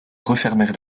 refermèrent